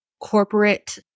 corporate